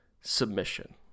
submission